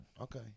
Okay